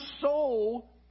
soul